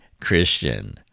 Christian